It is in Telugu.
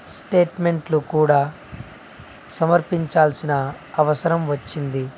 స్టేట్మెంట్లు కూడా సమర్పించాల్సిన అవసరం వచ్చింది